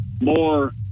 more